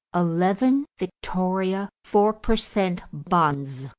eleven victoria four per cent, bonds,